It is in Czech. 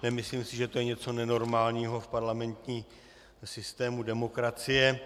Nemyslím si, že to je něco nenormálního v parlamentním systému demokracie.